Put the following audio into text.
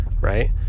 right